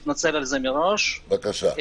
תעשיין, בבקשה.